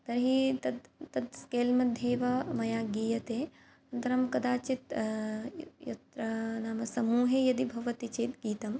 तर्हि तत् तद् स्केल् मध्ये एव मया गीयते अनन्तरं कदाचित् यत्र नाम समूहे यदि भवति चेत् गीतं